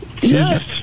yes